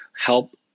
help